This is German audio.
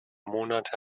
monate